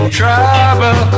trouble